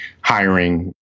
hiring